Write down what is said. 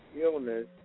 illness